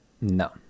No